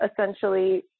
essentially